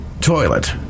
toilet